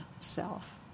self